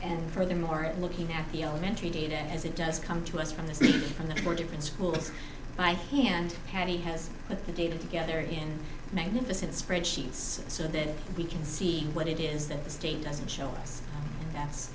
and furthermore it looking at the elementary data as it does come to us from the city from the four different schools my hand candy has but the data together in magnificent spreadsheets so that we can see what it is that the state doesn't show us that's